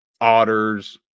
otters